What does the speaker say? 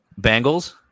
Bengals